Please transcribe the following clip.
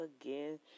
again